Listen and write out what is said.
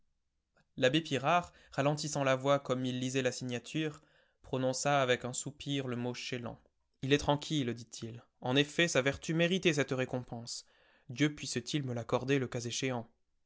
l'abbé picard ralentissant la voix comme il lisait la signature prononça avec un soupir le mot chélan il est tranquille dit-il en effet sa vertu méritait cette récompense dieu puisse-t-il me l'accorder le cas échéant